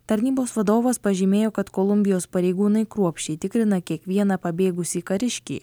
tarnybos vadovas pažymėjo kad kolumbijos pareigūnai kruopščiai tikrina kiekvieną pabėgusį kariškį